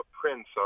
prince